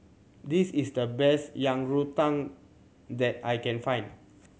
this is the best Yang Rou Tang that I can find